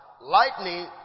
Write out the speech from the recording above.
lightning